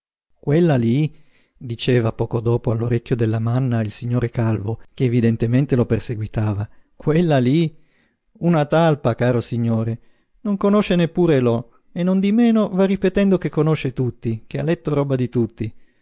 quella lí diceva poco dopo all'orecchio del lamanna il signore calvo che evidentemente lo perseguitava quella lí una talpa caro signore non conosce neppure l'o e non di meno va ripetendo che conosce tutti che ha letto roba di tutti